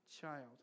child